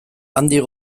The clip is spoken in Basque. handik